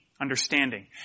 understanding